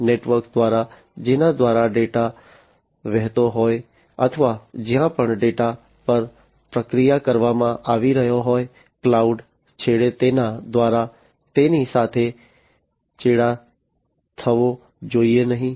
network દ્વારા જેના દ્વારા ડેટા વહેતો હોય અથવા જ્યાં પણ ડેટા પર પ્રક્રિયા કરવામાં આવી રહી હોય ક્લાઉડ છેડે તેના દ્વારા તેની સાથે ચેડા થવો જોઈએ નહીં